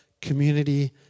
Community